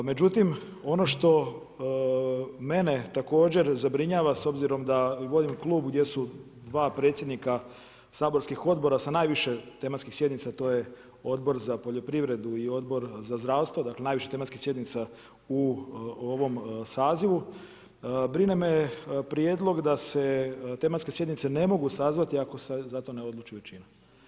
Međutim, ono što mene također zabrinjava s obzirom da vodim klub gdje su dva predsjednika saborskih odbora sa najviše tematskih sjednica, to je Odbor za poljoprivredu i Odbor za zdravstvo dakle, najviše tematskih sjednica u ovom sazivu, brine me prijedlog da se tematske sjednice ne mogu sazvati ako se za to ne odluči većina.